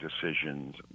decisions